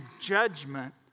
judgment